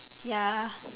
ya